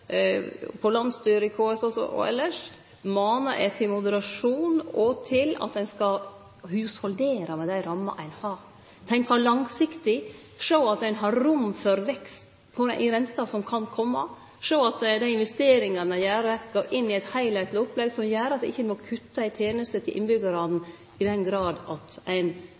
på landsstyremøtet i KS og elles manar eg derfor til moderasjon og til at ein skal hushaldere med dei rammene ein har, tenkje langsiktig, sjå at ein har rom for vekst i vente, som kan kome, og sjå at dei investeringane ein gjer, går inn i eit heilskapleg opplegg som gjer at ein ikkje må kutte i tenestene til innbyggjarane i den grad at ein